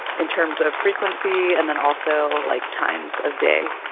in terms of frequency, and then also like times of day?